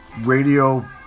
radio